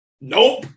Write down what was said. Nope